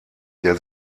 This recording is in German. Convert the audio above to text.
der